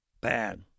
Bad